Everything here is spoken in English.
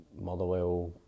Motherwell